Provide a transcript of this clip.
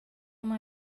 uma